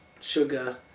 sugar